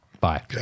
Bye